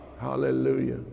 hallelujah